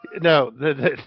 No